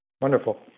Wonderful